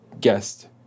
guest